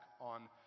on